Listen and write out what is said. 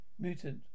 Mutant